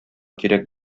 кирәк